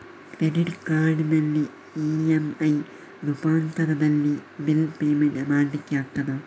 Credit ಕಾರ್ಡಿನಲ್ಲಿ EMI ರೂಪಾಂತರದಲ್ಲಿ bill payment ಮಾಡ್ಲಿಕ್ಕೆ ಆಗ್ತದ?